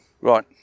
Right